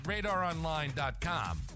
radaronline.com